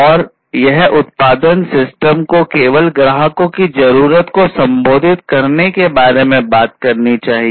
और यह उत्पादन सिस्टम को केवल ग्राहकों की जरूरतों को संबोधित करने के बारे में बात करनी चाहिए